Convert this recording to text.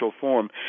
form